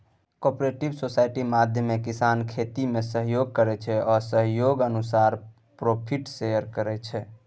cooperative society माध्यमे किसान खेतीमे सहयोग करै छै आ सहयोग अनुसारे प्रोफिट शेयर करै छै